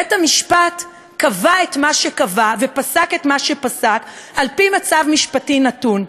בית-המשפט קבע את מה שקבע ופסק את מה שפסק על-פי מצב משפטי נתון: